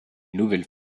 nouvelle